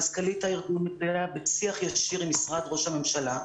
מזכ"לית הארגון --- בשיח ישיר עם משרד ראש הממשלה.